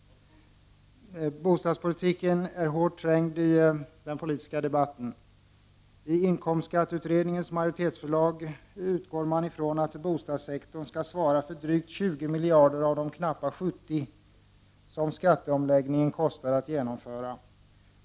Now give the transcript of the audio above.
Bostadspolitiken är hårt trängd i den politiska debatten. I inkomstskatteutredningens majoritetsförslag utgår man ifrån att bostadssektorn skall svara för drygt 20 miljarder av de knappa 70 miljarder som skatteomläggningen kostar att genomföra.